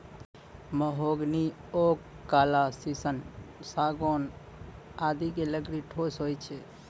mahogany, oak, काला शीशम, सागौन आदि के लकड़ी ठोस होय छै